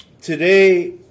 today